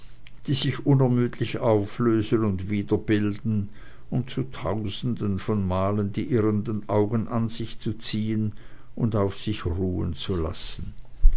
die sich unermüdlich auflösen und wieder bilden um zu tausenden von malen die irrenden augen an sich zu ziehen und auf sich ruhen zu lassen